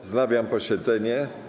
Wznawiam posiedzenie.